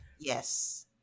Yes